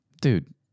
Dude